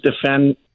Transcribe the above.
defend